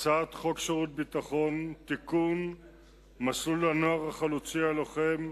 הצעת חוק שירות ביטחון (תיקון מס' 17) (מסלול הנוער החלוצי הלוחם),